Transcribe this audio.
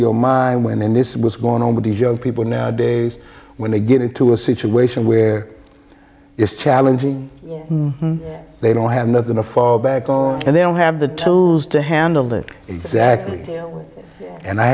your mind when this was going on with these young people nowadays when they get into a situation where it's challenging they don't have nothing to fall back on and they don't have the tools to handle that exactly and i